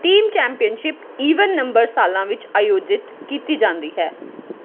team championship even number ਸਾਲਾਂ ਵਿੱਚ ਆਯੋਜਿਤ ਕੀਤੀ ਜਾਂਦੀ ਹੈ